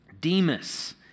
Demas